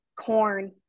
corn